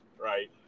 right